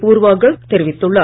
பூர்வாகர்க் தெரிவித்துள்ளார்